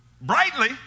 brightly